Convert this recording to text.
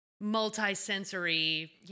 multi-sensory